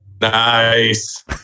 Nice